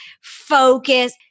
focus